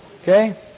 Okay